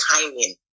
timing